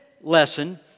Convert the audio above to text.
lesson